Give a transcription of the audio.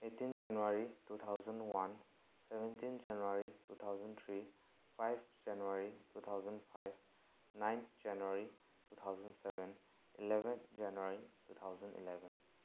eighteen January two thousand one seventeen January two thousand three five January two thousand five nine January two thousand seven eleven January two thousand eleven